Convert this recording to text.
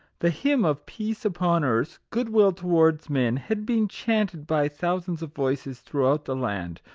the hymn of peace upon earth, good-will towards men, had been chanted by thousands of voices throughout the land,